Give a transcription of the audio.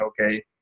Okay